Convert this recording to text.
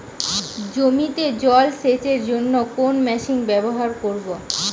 জমিতে জল সেচের জন্য কোন মেশিন ব্যবহার করব?